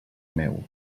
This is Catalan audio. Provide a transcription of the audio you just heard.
meu